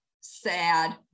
sad